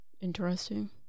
Interesting